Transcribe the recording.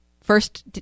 first